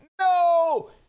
No